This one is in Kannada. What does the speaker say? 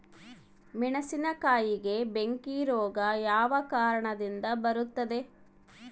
ಮೆಣಸಿನಕಾಯಿಗೆ ಬೆಂಕಿ ರೋಗ ಯಾವ ಕಾರಣದಿಂದ ಬರುತ್ತದೆ?